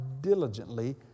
diligently